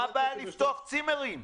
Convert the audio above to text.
מה הבעיה לפתוח צימרים?